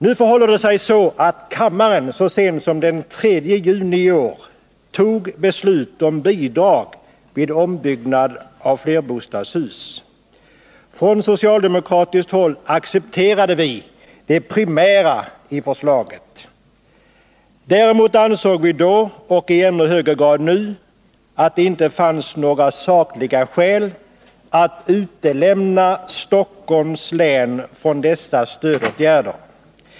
Nu förhåller det sig så att kammaren så sent som den 3 juni i år fattade beslut om bidrag vid ombyggnad av flerbostadshus. Från socialdemokratiskt håll accepterade vi det primära i förslaget. Däremot ansåg vi då — och vi anser det i ännu högre grad nu — att det inte fanns några sakliga skäl att undanta Stockholms län från dessa stödåtgärder.